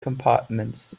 compartments